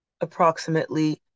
approximately